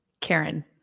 Karen